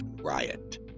riot